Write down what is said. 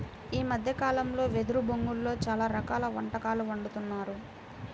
ఈ మద్దె కాలంలో వెదురు బొంగులో చాలా రకాల వంటకాలు వండుతున్నారు